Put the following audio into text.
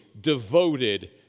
devoted